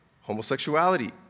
homosexuality